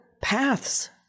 paths